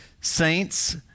saints